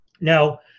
Now